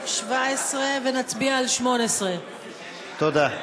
17 ונצביע על 18. תודה.